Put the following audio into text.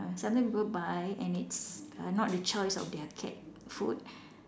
sometimes people buy and it's uh not the choice of their cat food